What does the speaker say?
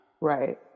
Right